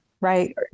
Right